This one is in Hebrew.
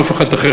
אף אחד אחר.